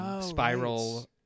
Spiral